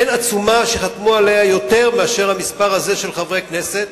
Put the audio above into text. אין עצומה שחתמו עליה יותר מהמספר הזה של חברי הכנסת.